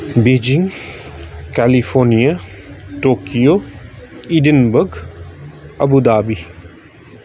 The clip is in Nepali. Beijing California Tokyo Edinburgh Abu Dhabi